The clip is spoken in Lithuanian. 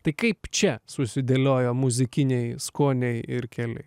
tai kaip čia susidėliojo muzikiniai skoniai ir keli